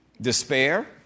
Despair